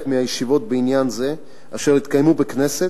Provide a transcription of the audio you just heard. מהישיבות בעניין זה אשר התקיימו בכנסת,